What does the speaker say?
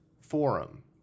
forum